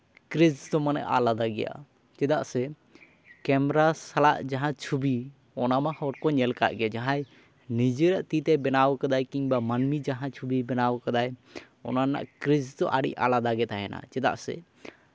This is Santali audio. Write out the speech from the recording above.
ᱠᱨᱮᱡᱽ ᱫᱚ ᱢᱟᱱᱮ ᱟᱞᱟᱫᱟ ᱜᱮᱭᱟ ᱪᱮᱫᱟᱜ ᱥᱮ ᱠᱮᱢᱨᱟ ᱥᱟᱞᱟᱜ ᱡᱟᱦᱟᱸ ᱪᱷᱚᱵᱤ ᱚᱱᱟ ᱢᱟ ᱦᱚᱲ ᱠᱚ ᱧᱮᱞ ᱠᱟᱜ ᱜᱮ ᱡᱟᱦᱟᱸᱭ ᱱᱤᱡᱮᱨᱟᱜ ᱛᱤᱛᱮ ᱵᱮᱱᱟᱣ ᱟᱠᱟᱫᱟᱭ ᱠᱤᱢᱵᱟ ᱢᱟᱹᱱᱢᱤ ᱡᱟᱦᱟᱸ ᱪᱷᱚᱵᱤ ᱵᱮᱱᱟᱣ ᱠᱟᱫᱟᱭ ᱚᱱᱟ ᱨᱮᱱᱟᱜ ᱠᱨᱮᱡᱽ ᱫᱚ ᱟᱹᱰᱤ ᱟᱞᱟᱫᱟ ᱜᱮ ᱛᱟᱦᱮᱱᱟ ᱪᱮᱫᱟᱜ ᱥᱮ